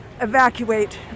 evacuate